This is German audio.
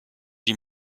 die